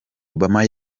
obama